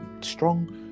Strong